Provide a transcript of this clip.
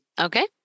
Okay